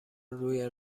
روی